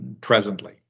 presently